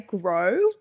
grow